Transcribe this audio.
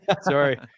Sorry